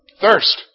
Thirst